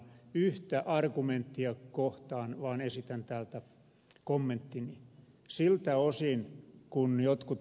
yhtä argumenttia kohtaan vain esitän täältä kommenttini